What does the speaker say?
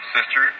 Sister